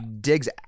digs